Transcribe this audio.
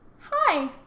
hi